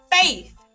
faith